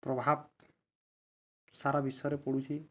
ପ୍ରଭାବ ସାରା ବିଷୟରେ ପଡ଼ୁଛିି